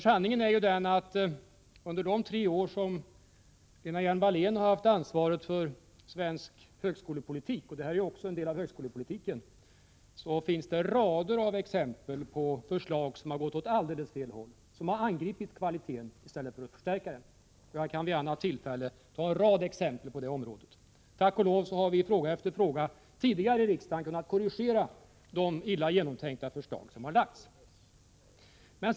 Sanningen är ju den att det under de tre år som Lena Hjelm-Wallén har haft ansvaret för svensk högskolepolitik — det här är ju också en del av högskolepolitiken — funnits rader av exempel på förslag som har gått åt alldeles fel håll och som angripit kvaliteten istället för att förstärka den. Jag skall gärna vid ett annat tillfälle ta upp en rad exempel på detta. Tack och lov har vi i fråga efter fråga tidigare i riksdagen kunnat korrigera de illa genomtänkta förslag som har lagts fram.